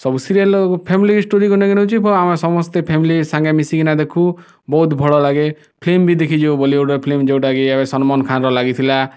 ସବୁ ସିରିଏଲ୍ରେ family story ଆମେ ସମସ୍ତେ ଫ୍ୟାମିଲି ସାଙ୍ଗେ ମିଶିକିନା ଦେଖୁ ବହୁତ ଭଲ ଲାଗେ ଫିଲ୍ମ ବି ବଲିଉଡ଼୍ର ଫିଲ୍ମ ଯେଉଁଟା କି ଏବେ ସଲମନ୍ ଖାନର ଲାଗିଥିଲା